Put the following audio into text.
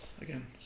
Again